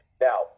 now